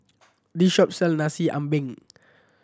this shop sell Nasi Ambeng